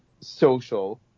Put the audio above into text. social